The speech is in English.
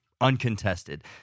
uncontested